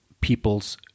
people's